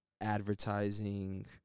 advertising